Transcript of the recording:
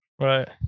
right